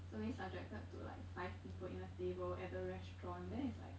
it's only subjected to like five people in a table at the restaurant then it's like